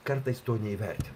kartais to neįvertinam